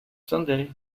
sunday